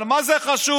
אבל מה זה חשוב?